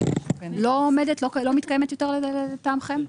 לא מתקיימת יותר לטעמכם?